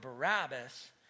Barabbas